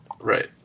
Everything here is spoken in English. Right